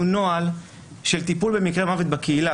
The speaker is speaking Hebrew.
נוהל של טיפול במקרה מוות בקהילה,